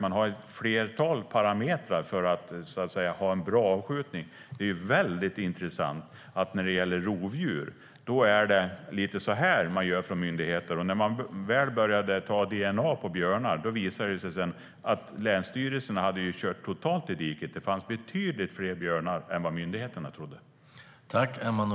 Det finns ett flertal parametrar för att få en lämplig avskjutning.